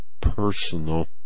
personal